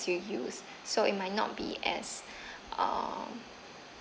you use so it might not be as um